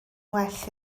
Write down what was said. well